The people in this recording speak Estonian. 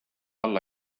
alla